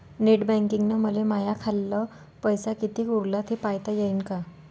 Net बँकिंगनं मले माह्या खाल्ल पैसा कितीक उरला थे पायता यीन काय?